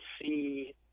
see